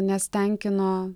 nes tenkino